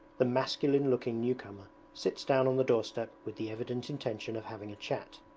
the masculine-looking new-comer sits down on the doorstep with the evident intention of having a chat.